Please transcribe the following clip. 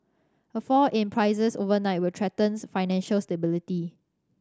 a fall in prices overnight will threatens financial stability